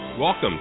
Welcome